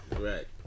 Right